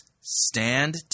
stand